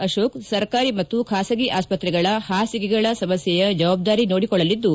ಅಶೋಕ್ ಸರ್ಕಾರಿ ಮತ್ತು ಖಾಸಗಿ ಆಸ್ಪ್ರೆಗಳ ಪಾಸಿಗೆಗಳ ಸಮಸ್ಕೆಯ ಜವಾಬ್ದಾರಿ ನೋಡಿಕೊಳ್ಳಲಿದ್ದು